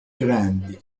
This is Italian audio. grandi